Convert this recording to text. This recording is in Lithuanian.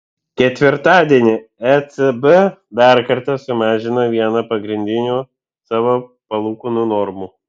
ketvirtadienį ecb dar kartą sumažino vieną pagrindinių savo palūkanų normų